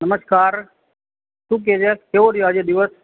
નમસ્કાર શું કે છે કેવો રહ્યો આજે દિવસ